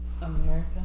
America